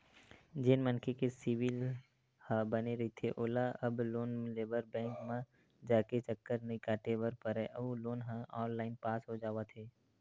जेन मनखे के सिविल ह बने रहिथे ओला अब लोन लेबर बेंक म जाके चक्कर नइ काटे बर परय अउ लोन ह ऑनलाईन पास हो जावत हे